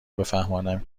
بفهمانم